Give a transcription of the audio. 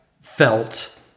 felt